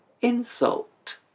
insult